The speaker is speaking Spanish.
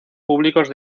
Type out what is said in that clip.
públicos